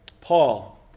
Paul